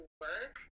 Work